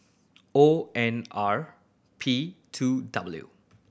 O N R P two W